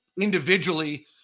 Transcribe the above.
individually